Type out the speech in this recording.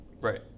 Right